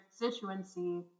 constituency